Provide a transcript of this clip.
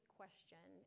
question